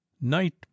NIGHT